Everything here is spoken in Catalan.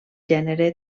gènere